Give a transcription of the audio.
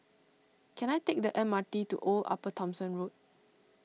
can I take the M R T to Old Upper Thomson Road